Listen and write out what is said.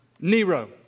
Nero